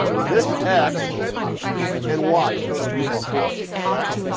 this x and y total yeah uhaul costs, correct?